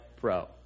pro